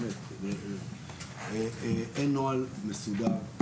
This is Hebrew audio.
אין נוהל מסודר,